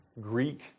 Greek